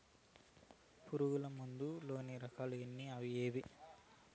పులుగు మందు లోని రకాల ఎన్ని అవి ఏవి?